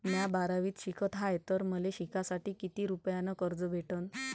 म्या बारावीत शिकत हाय तर मले शिकासाठी किती रुपयान कर्ज भेटन?